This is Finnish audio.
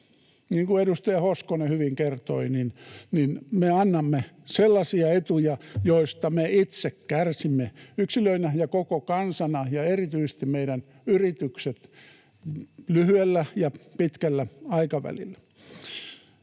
kuin edustaja Hoskonen hyvin kertoi, me annamme sellaisia etuja, joista me itse kärsimme yksilöinä ja koko kansana, ja erityisesti meidän yritykset lyhyellä ja pitkällä aikavälillä.